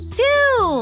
two